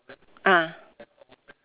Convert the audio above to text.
ah